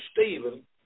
Stephen